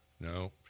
No